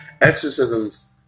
Exorcisms